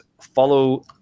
Follow